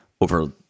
over